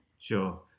Sure